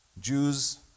Jews